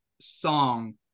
song